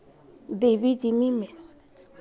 देवी जी में में